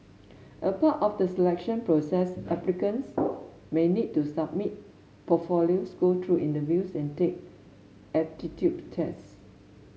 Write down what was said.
a part of the selection process applicants may need to submit portfolios go through interviews and take aptitude tests